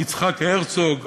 יצחק הרצוג,